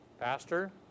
Pastor